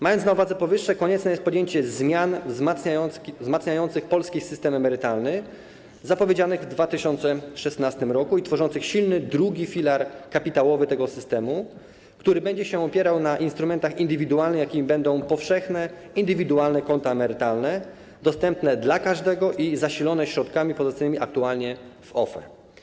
Mając na uwadze powyższe, konieczne jest podjęcie zmian wzmacniających polski system emerytalny, zapowiedzianych w 2016 r. i tworzących silny drugi filar kapitałowy tego systemu, który będzie się opierał na instrumentach indywidualnych, jakimi będą powszechne indywidualne konta emerytalne, dostępne dla każdego i zasilone środkami pozostającymi aktualnie w OFE.